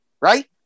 Right